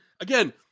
Again